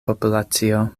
populacio